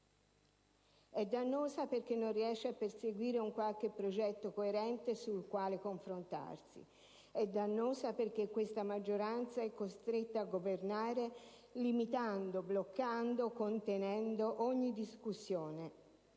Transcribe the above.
è dannosa perché non riesce a perseguire un qualche progetto coerente sul quale confrontarsi; è dannosa perché questa maggioranza è costretta a governare limitando, bloccando, contenendo ogni discussione